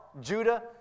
Judah